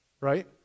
right